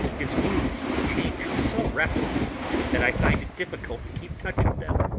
his moods change so rapidly that i find it difficult to keep touch of them,